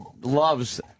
loves